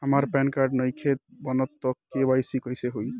हमार PAN card नईखे बनल त के.वाइ.सी कइसे होई?